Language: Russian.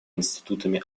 институтами